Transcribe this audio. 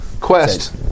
Quest